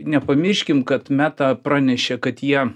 nepamirškim kad meta pranešė kad jie